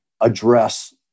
address